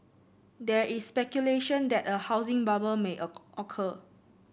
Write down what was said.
there is speculation that a housing bubble may occur